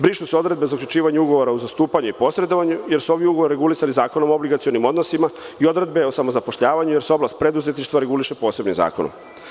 Brišu se odredbe u zaključivanju ugovora za zastupanje i posredovanje, jer su ovi ugovori regulisani Zakonom o obligacionim odnosima i odredbe o samozapošljavanju, jer se oblast preduzetništva reguliše posebnim zakonom.